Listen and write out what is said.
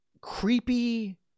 creepy